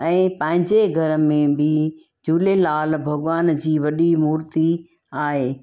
ऐं पंहिंजे घर में बि झूलेलाल भॻवान जी वॾी मूर्ती आहे